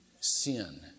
sin